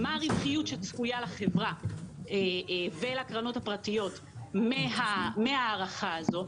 מה הרווחיות שצפויה לחברה ולקרנות הפרטיות מן ההארכה הזאת?